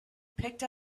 picked